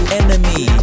enemy